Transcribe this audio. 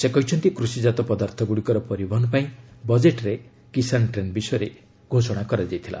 ସେ କହିଛନ୍ତି କୃଷିଜାତ ପଦାର୍ଥ ଗୁଡ଼ିକର ପରିବହନ ପାଇଁ ବଜେଟ୍ରେ କିଶାନ୍ ଟ୍ରେନ୍ ବିଷୟରେ ଘୋଷଣା କରାଯାଇଥିଲା